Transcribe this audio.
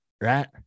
right